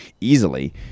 easily